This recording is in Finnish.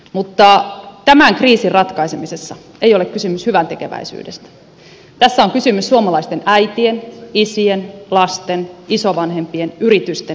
mutta tämän kriisin ratkaisemisessa ei ole kysymys hyväntekeväisyydestä tässä on kysymys suomalaisten äitien isien lasten isovanhempien yritysten edusta